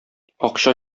акча